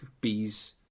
bees